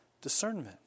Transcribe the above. discernment